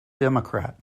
democrat